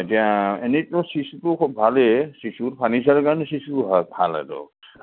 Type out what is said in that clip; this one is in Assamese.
এতিয়া এনেইতো চিচুটো খুব ভালেই চিচু ফাৰ্ণিচাৰৰ কাৰণে চিচুটো ভাল এইটো